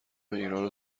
ایرانو